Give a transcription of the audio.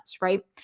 right